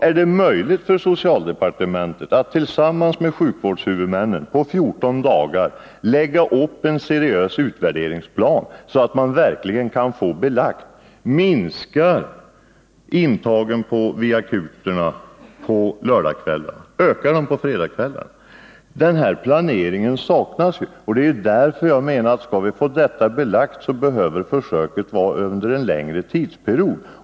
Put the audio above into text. Är det möjligt för socialdepartementet att tillsammans med sjukvårdshuvudmännen på fjorton dagar lägga upp en seriös utvärderingsplan, så att man verkligen kan få belagt om intagningen på akutmottagningarna minskar på lördagkvällarna, om de ökar på fredagkvällarna osv.? Den planeringen saknas, och det är därför jag menar att om vi skall kunna belägga någonting måste försöket äga rum under en längre tidsperiod.